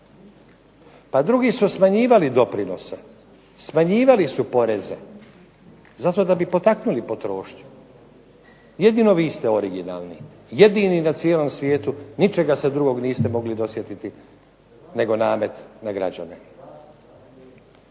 Pa drugi su smanjivali doprinose, smanjivali su poreze zato da bi potaknuli potrošnju. Jedino vi ste originalni, jedini na cijelom svijetu ničega se niste mogli drugog dosjetiti nego namet na građane.